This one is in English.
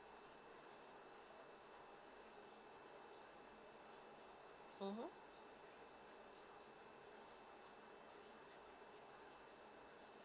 mmhmm